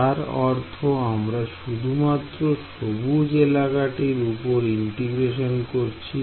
যার অর্থ আমরা শুধুমাত্র সবুজ এলাকাটি উপর ইন্টিগ্রেশন করছি